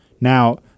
Now